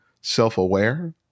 self-aware